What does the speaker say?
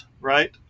right